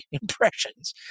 impressions